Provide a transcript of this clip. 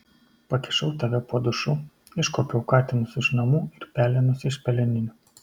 pakišau tave po dušu iškuopiau katinus iš namų ir pelenus iš peleninių